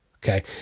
Okay